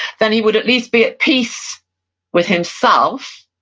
then he would at least be at peace with himself,